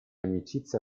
amicizia